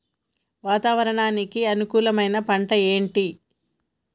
వాతావరణానికి అనుకూలమైన పంటలు ఏంటి?